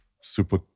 super